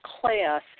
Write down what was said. class